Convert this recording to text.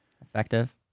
effective